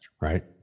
right